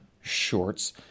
shorts